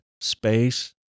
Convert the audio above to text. space